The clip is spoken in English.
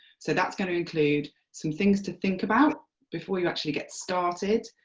so that's going to include some things to think about before you actually get started,